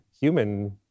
human